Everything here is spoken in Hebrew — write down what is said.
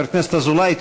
חבר הכנסת אזולאי,